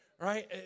right